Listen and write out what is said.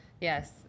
yes